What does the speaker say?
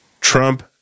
Trump